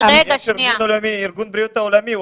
יש את ארגון הבריאות העולמי,